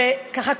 וככה,